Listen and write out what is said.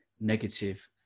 negative